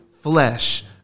flesh